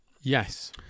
yes